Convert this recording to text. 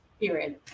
period